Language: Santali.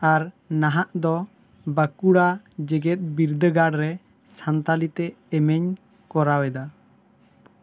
ᱟᱨ ᱱᱟᱦᱟᱜ ᱫᱚ ᱵᱟᱸᱠᱩᱲᱟ ᱡᱮᱜᱮᱛ ᱵᱤᱨᱫᱟᱹᱜᱟᱲ ᱨᱮ ᱥᱟᱱᱛᱟᱲᱤ ᱛᱮ ᱮᱢᱮᱧ ᱠᱚᱨᱟᱣ ᱮᱫᱟ